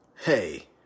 Hey